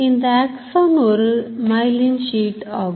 இந்த Axon ஒரு Myelin Sheet ஆகும்